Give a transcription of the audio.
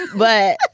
but.